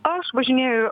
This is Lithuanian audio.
aš važinėju